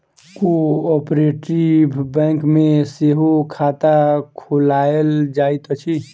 cooperative bank मे सेहो खाता खोलायल जाइत अछि